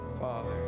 Father